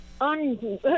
On